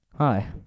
Hi